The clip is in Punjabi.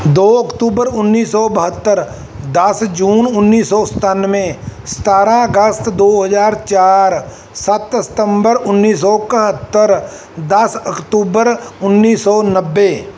ਦੋ ਅਕਤੂਬਰ ਉੱਨੀ ਸੌ ਬਹੱਤਰ ਦਸ ਜੂਨ ਉੱਨੀ ਸੌ ਸਤੱਨਵੇ ਸਤਾਰਾਂ ਅਗਸਤ ਦੋ ਹਜ਼ਾਰ ਚਾਰ ਸੱਤ ਸਤੰਬਰ ਉੱਨੀ ਸੌ ਕਹੱਤਰ ਦਸ ਅਕਤੂਬਰ ਉੱਨੀ ਸੌ ਨੱਬੇ